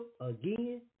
again